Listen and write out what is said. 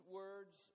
words